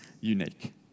unique